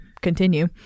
continue